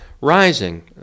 rising